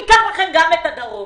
ניקח לכם גם את הדרום.